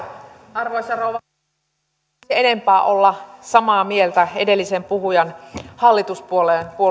arvoisa rouva puhemies eipä voisi enempää olla samaa mieltä edellisen puhujan hallituspuolueen